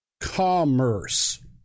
commerce